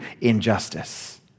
injustice